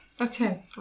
Okay